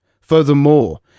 Furthermore